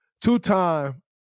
Two-time